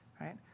Right